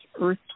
earth